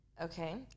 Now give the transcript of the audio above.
Okay